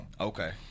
Okay